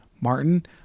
Martin